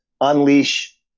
unleash